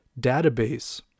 database